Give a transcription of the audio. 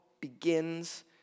begins